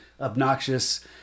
obnoxious